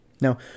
Now